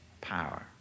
power